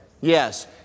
Yes